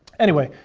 anyway,